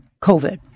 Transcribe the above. COVID